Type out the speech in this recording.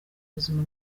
buzima